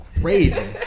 crazy